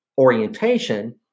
orientation